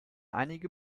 einige